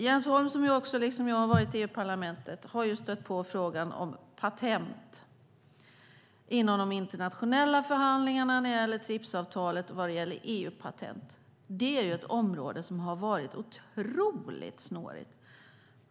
Jens Holm, som liksom jag har varit i EU-parlamentet, har stött på frågan om patent inom de internationella förhandlingarna när det gäller TRIPS-avtalet och när det gäller EU-patent. Det är ett område som har varit otroligt snårigt.